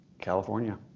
California